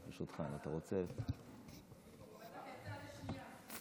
ברשותך, אם אתה רוצה, הוא בטח יצא לשנייה.